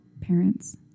parents